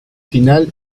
final